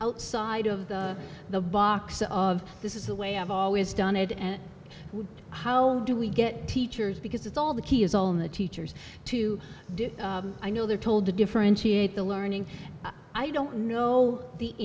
outside of the box of this is the way i've always done it and would how do we get teachers because it's all the key is on the teachers to do i know they're told to differentiate the learning i don't know the